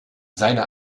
seine